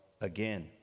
again